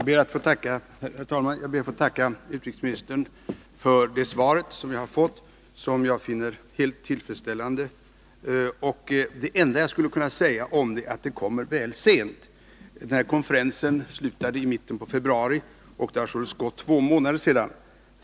Herr talman! Jag ber att få tacka utrikesministern för det svar jag har fått som jag finner helt tillfredsställande. Det enda jag skulle kunna säga om det är att det lämnas väl sent, eftersom konferensen slutade i mitten av februari och det således har gått två månader sedan dess.